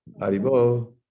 Aribo